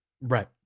right